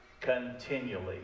continually